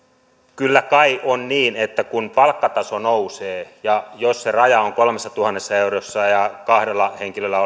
kyllä kai on niin että kun palkkataso nousee ja jos se raja on kolmessatuhannessa eurossa ja kahdella henkilöllä